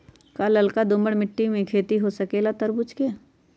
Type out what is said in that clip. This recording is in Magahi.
का लालका दोमर मिट्टी में खेती हो सकेला तरबूज के?